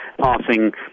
passing